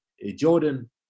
Jordan